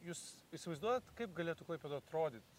jūs įsivaizduojat kaip galėtų klaipėda atrodyt